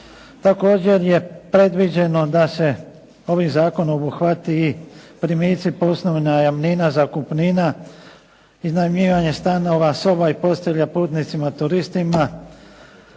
Također je predviđeno da se ovim zakonom obuhvati primici poslovnih najamnina, zakupnina, iznajmljivanje stanova, soba i postelja putnicima, turistima.